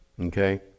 Okay